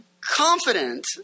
Confident